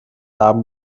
abend